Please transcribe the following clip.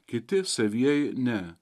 kiti savieji ne